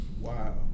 Wow